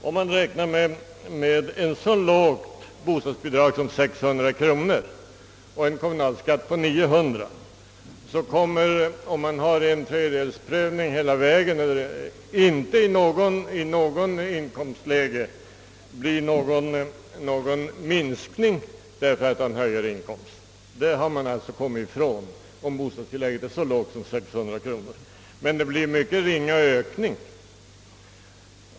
Om man räknar med ett så lågt bostadsbidrag som 600 kronor och kommunalskatt på 900, blir det med tredjedelsmetoden visserligen inte någon minskning i något inkomstläge av den behållna inkomsten när inkomsten höjs, men ökningen blir ringa.